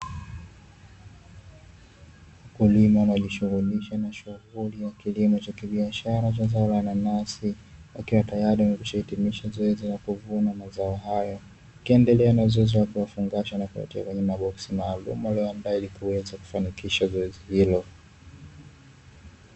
Ndani ya darasa iliyojengwa vizuri kwa kutumia tofali za kuchoma kuna kundi la watu wazima, wanafunzi wakiwa wanapokea mafunzo yasiyo rasmi na walimu waliosimama mbele yao.